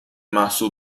محسوب